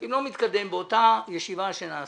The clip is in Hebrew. אם לא מתקדם, באותה ישיבה שנעשה,